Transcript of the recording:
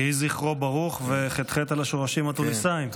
יהי זכרו ברוך וח"ח על השורשים התוניסאיים.